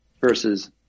versus